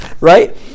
Right